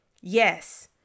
yes